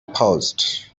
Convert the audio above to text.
paused